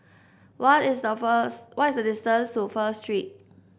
what is the first what is the distance to First Street